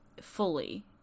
fully